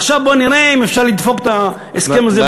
עכשיו בוא נראה אם אפשר לדפוק את ההסכם הזה בציבור.